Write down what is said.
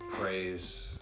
praise